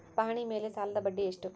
ಪಹಣಿ ಮೇಲೆ ಸಾಲದ ಬಡ್ಡಿ ಎಷ್ಟು?